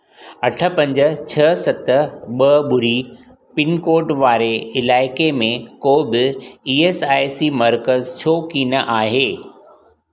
अठ पंज छह सत ॿ ॿुड़ी पिनकोड वारे इलाइक़े में को बि ई एस आई सी मर्कज़ छो की न आहे